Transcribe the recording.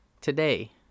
today